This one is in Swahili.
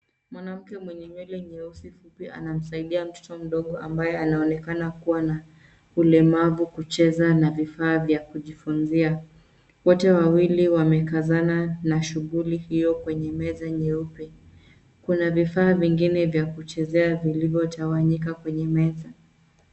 Mwanamke mwenye nywele nyeusi fupi anamsaidia mtoto mdogo ambaye anaonekana kuwa na ulemavu kucheza na vifaa vya kujifunizia. Wote wawili wamekazana na shuguli hiyo kwenye meza nyeupe. Kuna vifaa vingine vya kuchezea vilivyotawanyika kwenye meza.